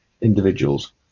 individuals